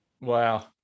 Wow